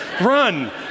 Run